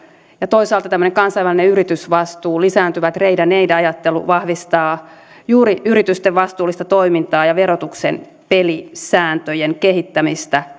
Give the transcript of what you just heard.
ja toisaalta tämmöinen kansainvälinen yritysvastuu lisääntyvä trade and aid ajattelu vahvistaa juuri yritysten vastuullista toimintaa ja verotuksen pelisääntöjen kehittämistä